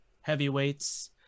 heavyweights